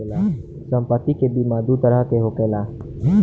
सम्पति के बीमा दू तरह के होखेला